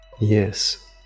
Yes